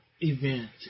event